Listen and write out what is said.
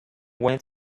went